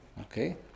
Okay